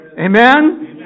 Amen